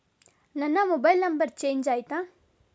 ನನ್ನ mobile number change ಆಯ್ತಾ?